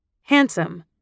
Handsome